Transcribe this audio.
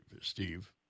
Steve